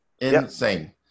Insane